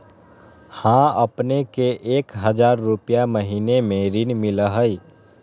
हां अपने के एक हजार रु महीने में ऋण मिलहई?